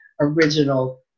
original